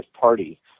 party